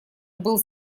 был